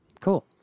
Cool